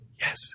Yes